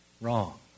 Wrong